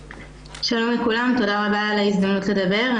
שלום לכולם, תודה רבה על ההזדמנות לדבר.